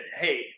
hey